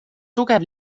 tugev